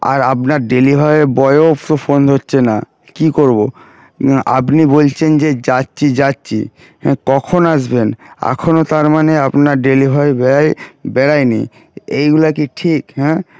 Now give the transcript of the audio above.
আর আপনার ডেলিভারি বয়ও ফোন ধরছে না কি করবো না আপনি বলছেন যে যাচ্ছি যাচ্ছি হ্যাঁ কখন আসবেন এখনো তার মানে আপনার ডেলিভারি বয় বেরোয়নি এইগুলো কি ঠিক হ্যাঁ